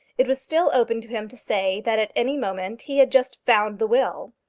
it was still open to him to say that at any moment he had just found the will.